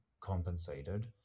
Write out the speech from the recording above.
compensated